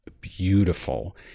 beautiful